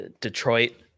Detroit